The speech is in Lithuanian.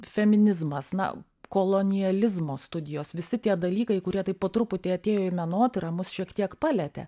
feminizmas na kolonializmo studijos visi tie dalykai kurie taip po truputį atėjo į menotyrą mus šiek tiek palietė